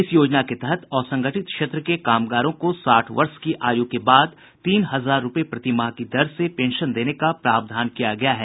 इस योजना के तहत असंगठित क्षेत्र के कामगारों को साठ वर्ष की आय् के बाद तीन हजार रुपये प्रतिमाह की दर से पेंशन देने का प्रावधान किया गया है